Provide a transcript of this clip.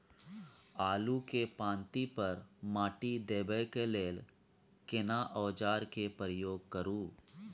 आलू के पाँति पर माटी देबै के लिए केना औजार के प्रयोग करू?